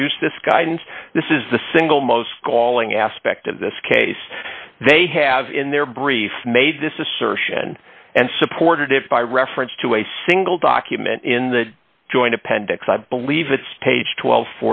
produced this guidance this is the single most galling aspect of this case they have in their brief made this assertion and supported it by reference to a single document in the joint appendix i believe it's page